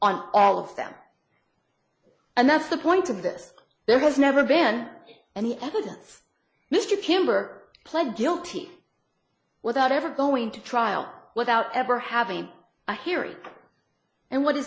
on all of them and that's the point of this there has never been any evidence mr kimber pled guilty without ever going to trial without ever having a hearing and what is